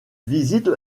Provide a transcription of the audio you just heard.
visite